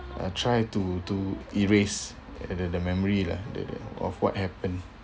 I try to to erase the memory lah the of what happened